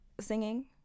singing